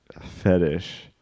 fetish